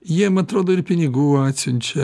jiem atrodo ir pinigų atsiunčia